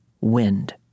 wind